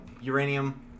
Uranium